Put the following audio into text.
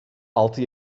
altı